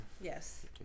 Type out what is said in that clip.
Yes